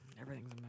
Everything's